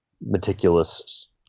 meticulous